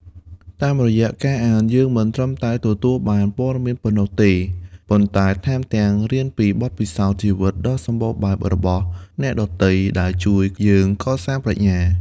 តាមរយៈការអាន យើងមិនត្រឹមតែទទួលបានព័ត៌មានប៉ុណ្ណោះទេ ប៉ុន្តែថែមទាំងរៀនពីបទពិសោធន៍ជីវិតដ៏សម្បូរបែបរបស់អ្នកដទៃ ដែលជួយយើងកសាងប្រាជ្ញា។